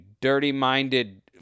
dirty-minded